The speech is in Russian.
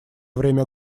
время